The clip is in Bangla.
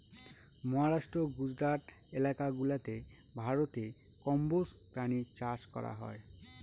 মহারাষ্ট্র, গুজরাট এলাকা গুলাতে ভারতে কম্বোজ প্রাণী চাষ করা হয়